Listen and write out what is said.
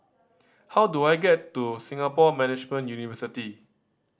how do I get to Singapore Management University